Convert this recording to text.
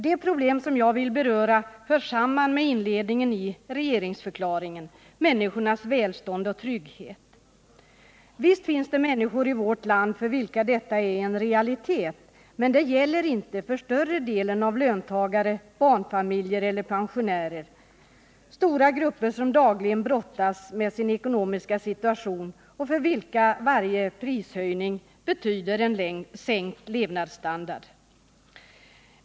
Det problem som jag vill beröra hör samman med inledningen i regeringsförklaringen, människornas välstånd och trygghet. Visst finns det människor i vårt land för vilka detta är en realitet, men det gäller inte för större delen av löntagarna, barnfamiljerna eller pensionärerna — stora grupper som dagligen brottas med sin ekonomiska situation och för vilka varje prishöjning betyder en sänkt levnadsstandard.